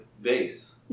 vase